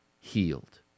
healed